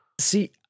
See